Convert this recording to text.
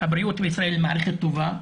הבריאות בישראל היא מערכת טובה,